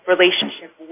relationship